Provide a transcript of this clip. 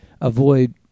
avoid